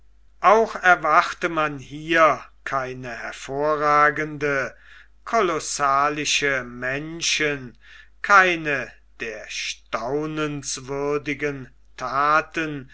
auch erwarte man hier keine hervorragenden kolossalischen menschen keine der erstaunenswürdigen thaten